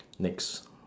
next